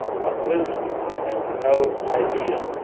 what wisdom, i have no idea,